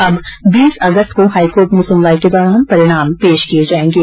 अब बीस अगस्त को हाईकोर्ट में सुनवाई के दौरान परिणाम पेश किए जायेंगे